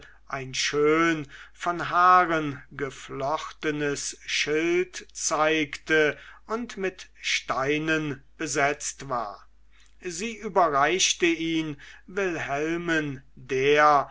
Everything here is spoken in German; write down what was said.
ein schön von haaren geflochtenes schild zeigte und mit steinen besetzt war sie überreichte ihn wilhelmen der